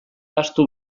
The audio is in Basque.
ahaztu